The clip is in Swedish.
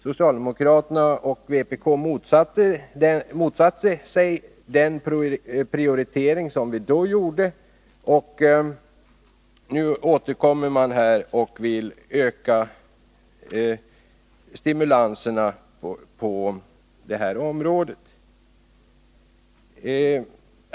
Socialdemokraterna och vpk motsatte sig den prioritering som vi då gjorde, och nu återkommer man med krav på ökade stimulanser på det här området.